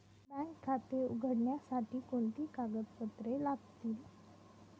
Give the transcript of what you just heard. Bank खाते उघडण्यासाठी कोणती कागदपत्रे लागतील?